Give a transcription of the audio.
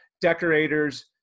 decorators